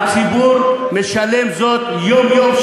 כי הציבור משלם זאת יום-יום,